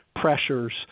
pressures